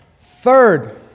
Third